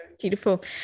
beautiful